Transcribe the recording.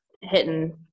hitting –